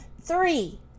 Three